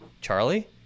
Charlie